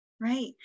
Right